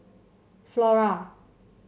Flora